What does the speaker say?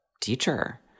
teacher